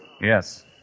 Yes